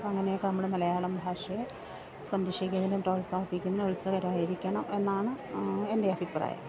അങ്ങനെയൊക്കെ നമ്മള് മലയാളം ഭാഷയെ സംരക്ഷിക്കുന്നതിനും പ്രോത്സാഹിപ്പിക്കുന്നതിനും ഉത്സുകരായിരിക്കണം എന്നാണ് എൻ്റെ അഭിപ്രായം